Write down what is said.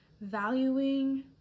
valuing